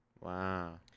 Wow